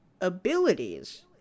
abilities